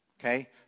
Okay